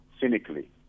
cynically